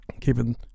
keeping